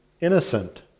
innocent